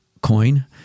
coin